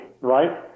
right